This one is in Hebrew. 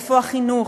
איפה החינוך,